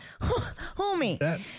Homie